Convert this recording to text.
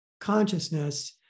consciousness